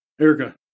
Erica